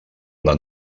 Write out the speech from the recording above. una